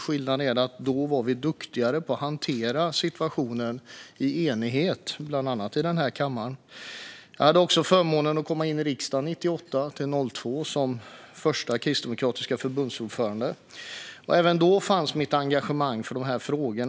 Skillnaden är att då var vi duktigare på att hantera situationen i enighet, bland annat i den här kammaren. Jag hade också förmånen att sitta i riksdagen 1998-2002 som första kristdemokratiska förbundsordförande, och även då fanns mitt engagemang för dessa frågor.